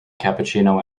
cappuccino